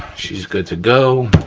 she's good to go.